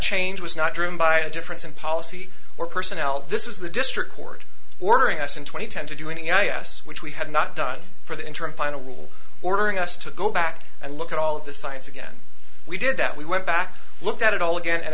change was not droom by a difference in policy or personnel this was the district court ordering us in twenty ten to do any i a s which we had not done for the interim final rule ordering us to go back and look at all of the science again we did that we went back looked at it all again and